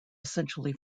essentially